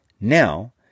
Now